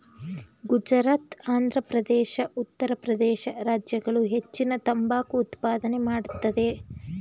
ಗುಜರಾತ್, ಆಂಧ್ರಪ್ರದೇಶ, ಉತ್ತರ ಪ್ರದೇಶ ರಾಜ್ಯಗಳು ಹೆಚ್ಚಿನ ತಂಬಾಕು ಉತ್ಪಾದನೆ ಮಾಡತ್ತದೆ